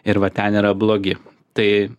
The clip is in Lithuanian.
ir va ten yra blogi tai